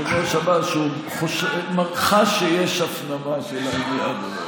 היושב-ראש אמר שהוא חש שיש הפנמה של העניין.